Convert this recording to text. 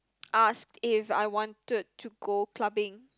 ask if I wanted to go clubbing